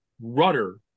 rudder